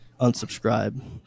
unsubscribe